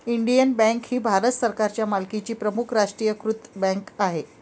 Indian bank ही भारत सरकारच्या मालकीची प्रमुख राष्ट्रीयीकृत बँक आहे